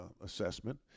assessment